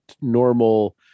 normal